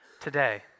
today